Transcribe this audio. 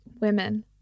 Women